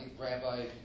Rabbi